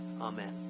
Amen